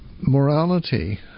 morality